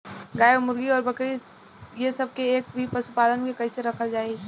गाय और मुर्गी और बकरी ये सब के एक ही पशुपालन में कइसे रखल जाई?